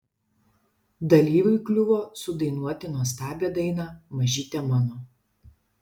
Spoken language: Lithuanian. dalyviui kliuvo sudainuoti nuostabią dainą mažyte mano